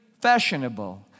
fashionable